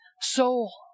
soul